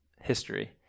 history